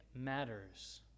matters